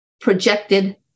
projected